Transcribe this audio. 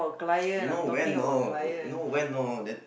you know when no you know when no that